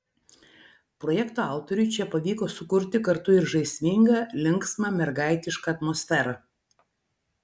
projekto autoriui čia pavyko sukurti kartu ir žaismingą linksmą mergaitišką atmosferą